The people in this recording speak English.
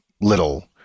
little